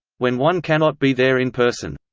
when one cannot be there in person.